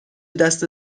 دست